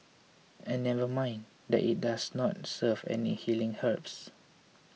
and never mind that it does not serve any healing herbs